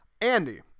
Andy